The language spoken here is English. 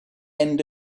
end